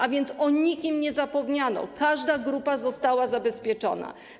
A więc o nikim nie zapomniano, każda grupa została zabezpieczona.